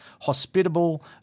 hospitable